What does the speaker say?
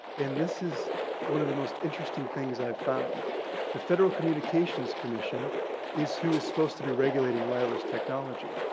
and this is one of the most interesting things i've found the federal communications commission is who is supposed to be regulating wireless technology.